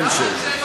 למה אין שאלות לשר?